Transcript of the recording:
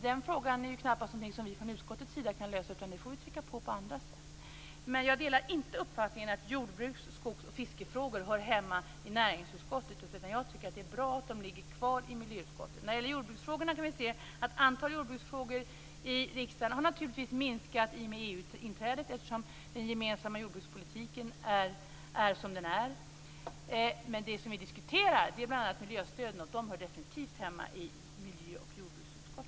Den frågan är knappast någonting som vi från utskottets sida kan lösa, utan där får vi agera på andra sätt. Man jag delar inte uppfattningen att jordbruks-, skogs-, och fiskefrågor hör hemma i näringsutskottet. Jag tycker att det är bra att de ligger kvar i miljö och jordbruksutskottet. När det gäller jordbruksfrågorna kan vi se att antalet jordbruksfrågor i riksdagen har minskat i och med EU-inträdet eftersom den gemensamma jordbrukspolitiken är som den är. Men det som vi diskuterar är bl.a. miljöstöden, och de hör definitivt hemma i miljö och jordbruksutskottet.